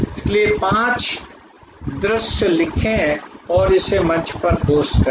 इसलिए पांच दृश्य लिखें और इसे मंच पर पोस्ट करें